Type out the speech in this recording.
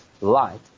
light